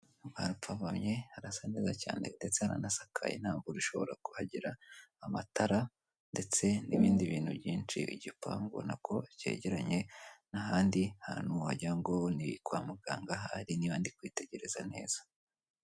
Aha uhabonye harasa neza cyane ndetse hanasakaye, nta mvura ishobora kuhagera, amatara ndetse n'ibindi bintu byinshi igipanbona ko cyegeranye n'ahandi hantu wagirango ni kwa muganga ahari niba ndi kwitegereza neza.